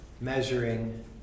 Measuring